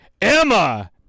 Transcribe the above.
Emma